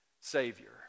Savior